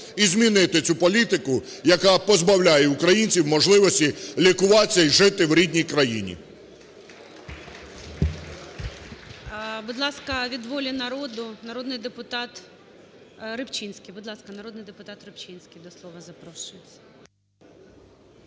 і змінити цю політику, яка позбавляє українців можливості лікуватися і жити в рідній країні.